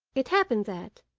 it happened that,